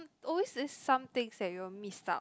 always there's somethings that you will miss up